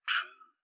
True